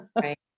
Right